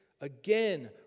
again